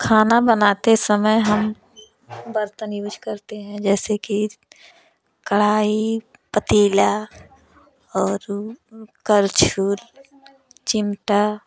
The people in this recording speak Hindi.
खाना बनाते समय हम बर्तन यूज करते हैं जैसे कि कढ़ाई पतीला और कल्छुल चिमटा